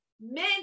men